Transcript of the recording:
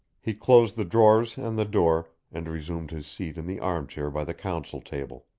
he closed the drawers and the door, and resumed his seat in the arm-chair by the council table.